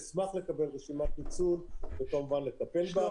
אשמח לקבל רשימת ניצול וכמובן לטפל בה.